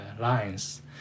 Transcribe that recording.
lines